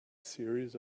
series